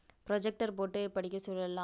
projector போட்டு படிக்கச் சொல்லலாம்